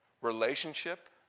relationship